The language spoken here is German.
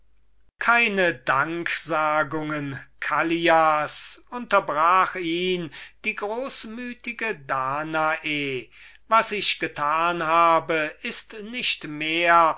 keine danksagungen callias unterbrach ihn die großmütige danae was ich getan habe ist nicht mehr